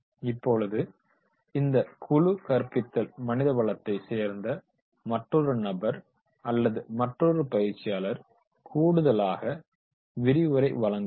இப்பொழுது இந்த குழு கற்பித்தல் மனிதவளத்தைச் சேர்ந்த மற்றொரு நபர் அல்லது மற்றோரு பயிற்சியாளர் கூடுதலாக விரிவுரை வழங்குவார்